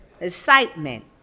Excitement